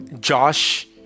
Josh